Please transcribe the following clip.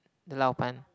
the Lao-Ban